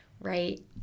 right